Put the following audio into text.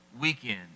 weekend